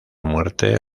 muerte